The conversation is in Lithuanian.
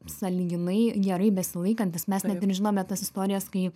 sąlyginai gerai besilaikantys mes net ir žinome tas istorijas kai